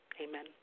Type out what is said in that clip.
Amen